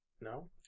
No